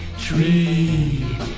tree